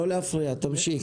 תמשיך.